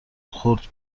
خرد